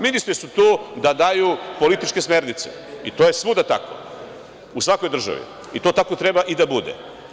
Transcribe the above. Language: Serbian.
Ministri su tu da daju političke smernice i to je svuda tako, u svakoj državi, i to tako treba i da bude.